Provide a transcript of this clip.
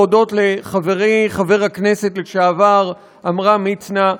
להודות לחברי חבר הכנסת לשעבר עמרם מצנע,